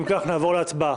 אם כך נעבור להצבעה.